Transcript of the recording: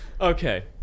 okay